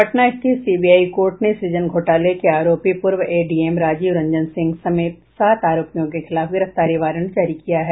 पटना स्थित CBI court ने सृजन घोटाले के आरोपी पूर्व एडीएम राजीव रंजन सिंह समेत सात आरोपियों के खिलाफ गिरफ्तारी का वारंट जारी किया है